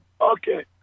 Okay